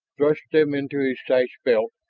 thrust them into his sash belt,